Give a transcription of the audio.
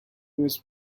was